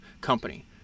company